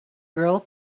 girl